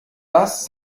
das